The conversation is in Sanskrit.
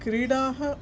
क्रीडाः